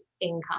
income